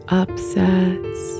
upsets